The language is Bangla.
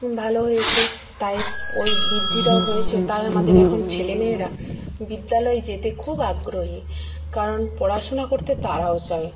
ভালো হয়েছে তাই ওই বৃদ্ধিটাও হয়েছে তাই আমাদের এখন ছেলেমেয়েরা বিদ্যালয়ে যেতে খুব আগ্রহী কারণ পড়াশোনা করতে তারাও চায়